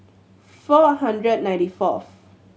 four hundred ninety fourth